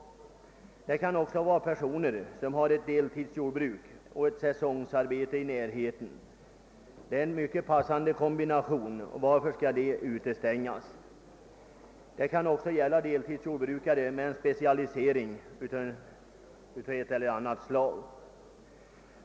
Det förekommer också personer som har ett deltidsjordbruk och ett säsongarbete i närheten. Detta är en mycket passande kombination. Varför skall de utestängas? Det kan också gälla deltidsjordbrukare med en specialisering av ett eller annat slag.